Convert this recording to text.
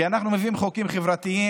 נכון, כי אנחנו מביאים חוקים חברתיים,